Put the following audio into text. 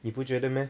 你不觉得 meh